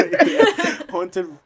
haunted